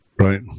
Right